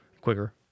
quicker